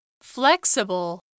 flexible